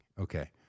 Okay